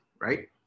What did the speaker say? right